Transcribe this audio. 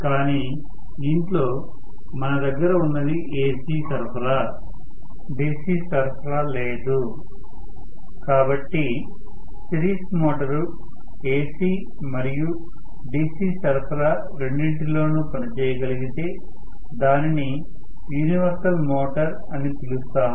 కాని ఇంట్లో మన దగ్గర ఉన్నది AC సరఫరా DC సరఫరా లేదు కాబట్టి సిరీస్ మోటారు AC మరియు DC సరఫరా రెండింటిలోనూ పని చేయగలగితే దానిని యూనివర్సల్ మోటర్ అని పిలుస్తాము